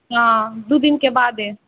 हँ दुइ दिनके बादे